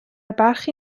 برخی